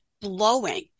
Blowing